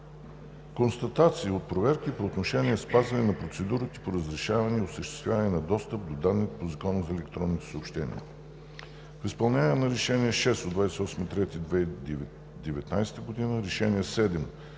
Констатации от проверки по отношение спазване на процедурите по разрешаване и осъществяване на достъп до данни по Закона за електронните съобщения. В изпълнение на решения № 6 от 28 март 2019 г. и № 7